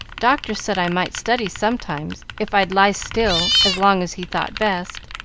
doctor said i might study sometimes, if i'd lie still as long as he thought best,